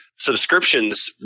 Subscriptions